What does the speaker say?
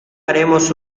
haremos